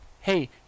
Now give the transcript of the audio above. Hey